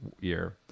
year